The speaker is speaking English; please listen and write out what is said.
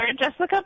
Jessica